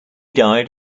died